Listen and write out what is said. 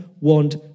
want